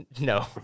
No